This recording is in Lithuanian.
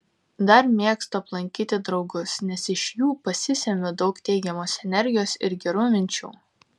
dar mėgstu aplankyti draugus nes iš jų pasisemiu daug teigiamos energijos ir gerų minčių